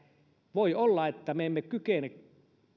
voi olla että me emme kykene